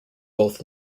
both